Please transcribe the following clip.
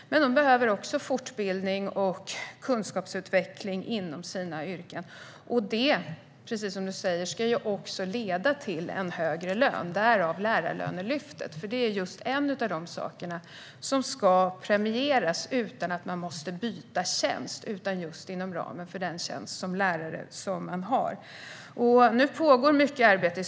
Men de behöver också fortbildning och kunskapsutveckling inom yrket. Det ska också, som du säger, leda till en högre lön, därav Lärarlönelyftet. Det är just en av de saker som ska premieras utan att man måste byta tjänst, utan det är inom ramen för den tjänst man har som lärare. Nu pågår mycket arbete.